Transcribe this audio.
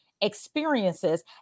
experiences